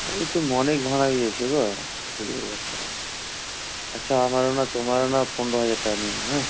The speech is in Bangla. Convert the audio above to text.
আরে এই তো অনেক ভাড়া হয়ে যাচ্ছে গো কুড়ি হাজার টাকা আচ্ছা আমারও না তোমারও না পনেরো হাজার টাকা নিন হ্যাঁ